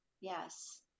Yes